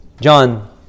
John